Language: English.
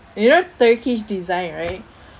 you know turkish design right